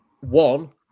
one